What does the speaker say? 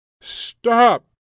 Stop